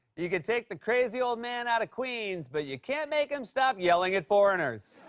you can take the crazy old man out of queens, but you can't make him stop yelling at foreigners.